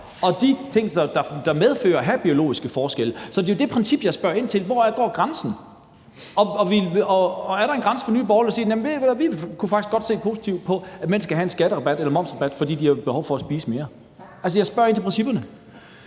og de ting, det medfører at have biologiske forskelle. Så det er jo det princip, jeg spørger ind til: Hvor går grænsen? Og er der en grænse i forhold til at sige: Ved I hvad, vi kunne faktisk godt se positivt på, at mænd skal have en skatterabat eller momsrabat, fordi de har behov for at spise mere? Altså, jeg spørger ind til principperne.